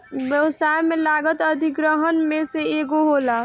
व्यवसाय में लागत अधिग्रहण में से एगो होला